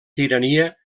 tirania